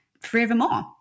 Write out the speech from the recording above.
forevermore